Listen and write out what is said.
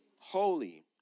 Holy